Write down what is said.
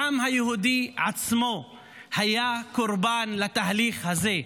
העם היהודי עצמו היה קורבן לתהליך הזה.